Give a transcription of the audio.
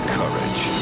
courage